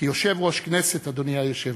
כיושב-ראש הכנסת, אדוני היושב-ראש,